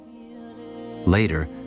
Later